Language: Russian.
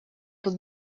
тут